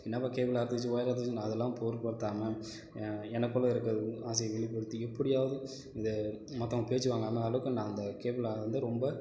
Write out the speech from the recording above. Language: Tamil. என்னாப்பா கேபிள் அறுத்துக்கிச்சு ஒயர் அறுத்துக்கிச்சினு அதெல்லாம் பொருட்படுத்தாமல் எனக்குள்ளே இருக்கற ஆசையை வெளிப்படுத்தி எப்படியாவது இந்த மத்தவங்க பேச்சுவாங்காத அளவுக்கு நான் அந்த கேபிளை வந்து ரொம்ப